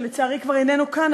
שלצערי כבר איננו כאן,